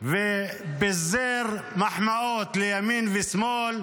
ופיזר מחמאות לימין ולשמאל,